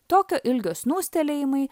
tokio ilgio snūstelėjimai